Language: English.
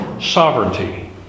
sovereignty